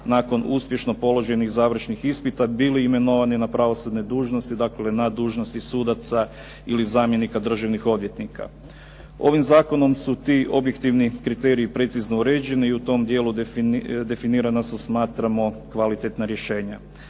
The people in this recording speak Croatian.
nakon uspješno položenih završnih ispita bili imenovani na pravosudne dužnosti, dakle na dužnosti sudaca ili zamjenika državnih odvjetnika. Ovim zakonom su ti objektivni kriteriji precizno uređeni i u tom dijelu definirana su smatrano kvalitetna rješenja.